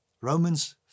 Romans